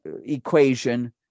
equation